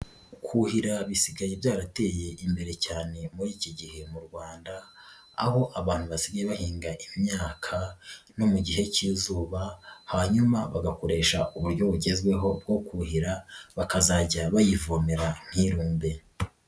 Kuhira bisigaye byarateye imbere cyane muri iki gihe mu Rwanda, aho abantu basigaye bahinga imyaka no mu gihe cy'izuba, hanyuma bagakoresha uburyo bugezweho bwo kuhira, bakazajya bayivomera ntirumbe.